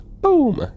Boom